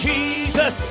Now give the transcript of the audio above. Jesus